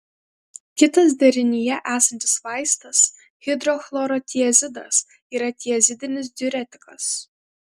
kitas derinyje esantis vaistas hidrochlorotiazidas yra tiazidinis diuretikas